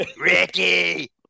Ricky